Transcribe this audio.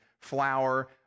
flour